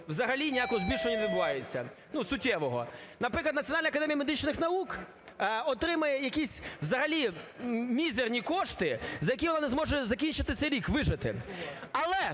взагалі ніякого збільшення не відбувається, ну суттєвого. Наприклад, Національна Академія медичних наук отримає якісь взагалі мізерні кошти, за які вона не зможе закінчити цей рік, вижити. Але